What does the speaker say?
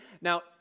Now